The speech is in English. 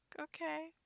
Okay